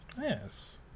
yes